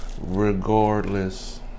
regardless